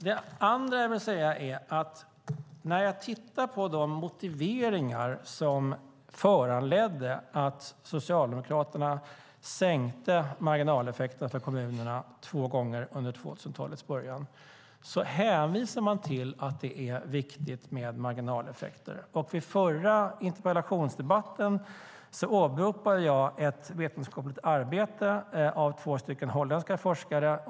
Nästa sak jag vill säga är följande: När jag tittar på de motiveringar som föranledde att Socialdemokraterna sänkte marginaleffekterna för kommunerna två gånger under 2000-talets början ser jag att man hänvisar till att det är viktigt med marginaleffekter. Vid den förra interpellationsdebatten åberopade jag ett vetenskapligt arbete av två holländska forskare.